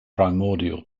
primordial